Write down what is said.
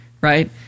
Right